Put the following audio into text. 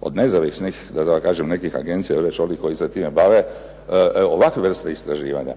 od nezavisnih da tako kažem nekih agencija ili već onih koji se time bave ovakve vrste istraživanja.